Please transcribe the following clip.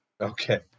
okay